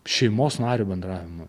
šeimos nario bendravimą